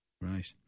Right